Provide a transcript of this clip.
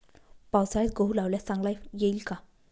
पावसाळ्यात गहू लावल्यास चांगला येईल का?